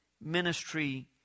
ministry